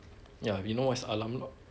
ya you know what is alarm or not